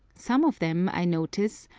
some of them, i notice,